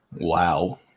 Wow